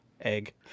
Egg